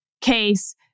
case